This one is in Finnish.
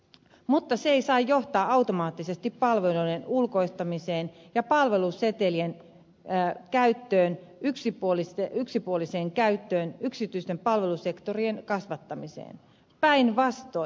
mutta se ei saa johtaa automaattisesti palveluiden ulkoistamiseen ja palvelusetelien yksipuoliseen käyttöön yksityisten palvelusektorien kasvattamiseen päinvastoin